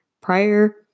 prior